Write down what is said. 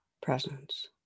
presence